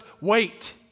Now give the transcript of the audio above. wait